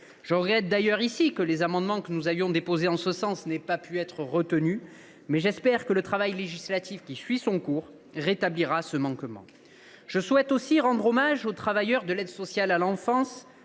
Je regrette d’ailleurs ici que les amendements que nous avions déposés en ce sens n’aient pas été retenus. J’espère que le travail législatif qui suit son cours réparera ce manquement. Je souhaite aussi rendre hommage aux travailleurs de l’aide sociale à l’enfance